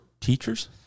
teachers